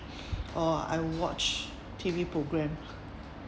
or I watch T_V programme